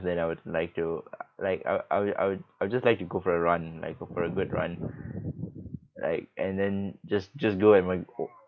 then I would like to like I'll I'll I'll I'll just like to go for a run like go for a good run like and then just just go and